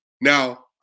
Now